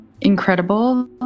incredible